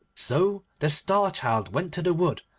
so the star-child went to the wood,